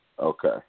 Okay